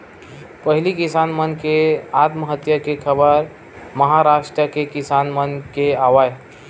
पहिली किसान मन के आत्महत्या के खबर महारास्ट के किसान मन के आवय